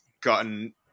gotten